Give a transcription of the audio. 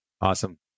Awesome